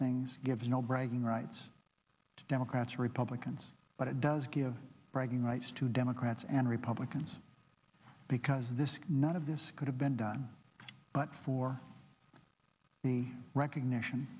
things gives no bragging rights to democrats or republicans but it does give bragging rights to democrats and republicans because of this none of this could have been done but for me recognition